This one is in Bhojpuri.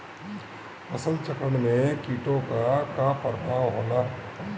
फसल चक्रण में कीटो का का परभाव होला?